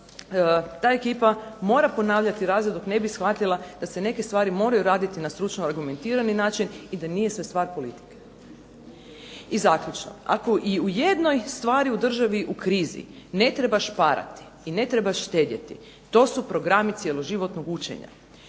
ta ekipa mora ponavljati razred dok ne bi shvatila da se neke stvari moraju raditi na stručno argumentirani način i da nije sve stvar politike. I zaključno, ako i u jednoj stvari u državi u krizi ne treba šparati i ne treba štedjeti to su programi cjeloživotnog učenja.